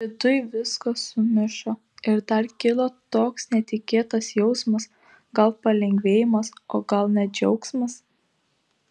viduj viskas sumišo ir dar kilo toks netikėtas jausmas gal palengvėjimas o gal net džiaugsmas